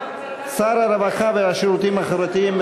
שר הרווחה והשירותים החברתיים,